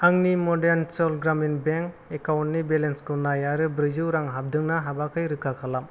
आंनि मध्यानचल ग्रामिन बेंक एकाउन्टनि बेलेन्सखौ नाय आरो ब्रैजौ रां हाबदों ना हाबाखै रोखा खालाम